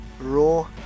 raw